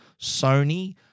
Sony